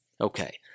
Okay